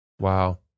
Wow